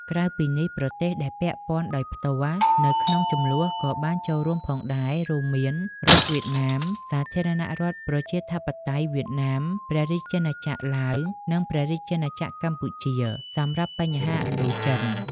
ក្រៅពីនេះ ប្រទេសដែលពាក់ព័ន្ធដោយផ្ទាល់នៅក្នុងជម្លោះក៏បានចូលរួមផងដែរ រួមមាន រដ្ឋវៀតណាម សាធារណរដ្ឋប្រជាធិបតេយ្យវៀតណាម ព្រះរាជាណាចក្រឡាវ និង ព្រះរាជាណាចក្រកម្ពុជា សម្រាប់បញ្ហាឥណ្ឌូចិន។